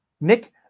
Nick